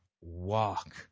walk